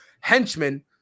henchmen